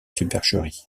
supercherie